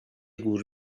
گور